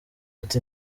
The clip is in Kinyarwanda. ati